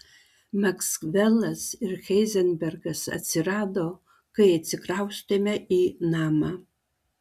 maksvelas ir heizenbergas atsirado kai atsikraustėme į namą